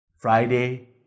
Friday